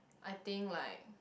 I think like